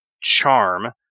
charm